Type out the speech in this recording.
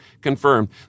confirmed